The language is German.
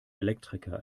elektriker